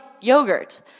yogurt